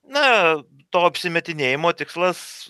na to apsimetinėjimo tikslas